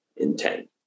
intent